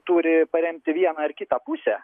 turi paremti vieną ar kitą pusę